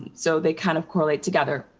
and so they kind of correlate together.